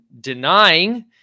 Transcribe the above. denying